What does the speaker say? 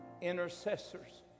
intercessors